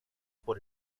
por